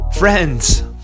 Friends